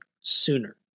sooner